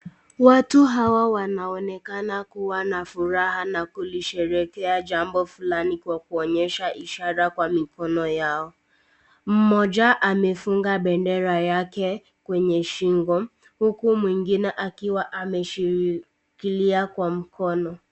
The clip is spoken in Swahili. Watu hawa wanaonekana kuwa na furaha na kulisherehekea jambo fulani kwa kuonyesha ishara kwa mikono yao, mmoja amefunga bendera yake kwenye shingo huku mwingine akiwa ameshikilia kwa mkono.